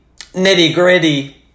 nitty-gritty